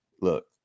look